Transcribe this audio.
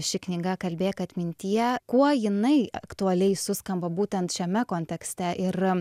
ši knyga kalbėk atmintie kuo jinai aktualiai suskamba būtent šiame kontekste ir